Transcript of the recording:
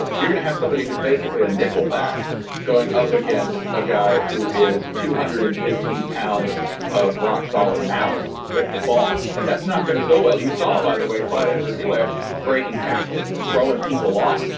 you're going to have somebody who's basically a nickel back going up against a guy who is two hundred and fifteen pounds of rock solid malice with the ball. and that's not going to go well you saw. by the way clyde edwards earlier breaking tackles and throwing people off.